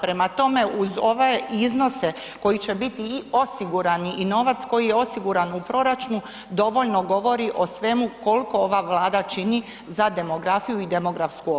Prema tome, uz ove iznose, koji će biti i osigurani i novac koji je osiguran u proračunu, dovoljno govori o svemu koliko ova Vlada čini za demografiju i demografsku obnovu.